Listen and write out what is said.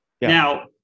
Now